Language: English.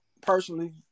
personally